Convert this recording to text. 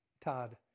Todd